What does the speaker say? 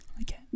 Okay